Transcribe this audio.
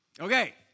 Okay